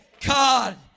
God